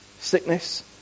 sickness